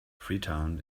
freetown